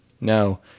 No